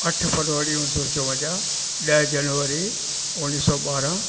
अठ फरवरी उणिवीह सौ चोवंजाहु ॾह जनवरी उणिवीह सौ ॿारहं